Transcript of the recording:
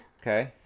Okay